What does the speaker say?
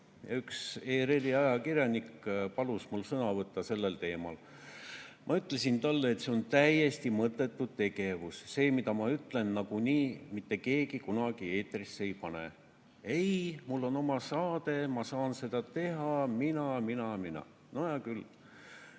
üks ERR‑i ajakirjanik palus mul sõna võtta sellel teemal. Ma ütlesin talle, et see on täiesti mõttetu tegevus, seda, mida ma ütlen, nagunii mitte keegi kunagi eetrisse ei pane. "Ei, mul on oma saade, ma saan seda teha." Mina-mina-mina! No hea küll.